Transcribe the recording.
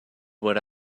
what